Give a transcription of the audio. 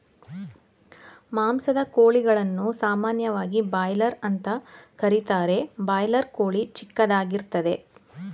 ಮಾಂಸದ ಕೋಳಿಗಳನ್ನು ಸಾಮಾನ್ಯವಾಗಿ ಬಾಯ್ಲರ್ ಅಂತ ಕರೀತಾರೆ ಬಾಯ್ಲರ್ ಕೋಳಿ ಚಿಕ್ಕದಾಗಿರ್ತದೆ